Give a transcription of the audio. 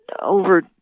over